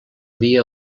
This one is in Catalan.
via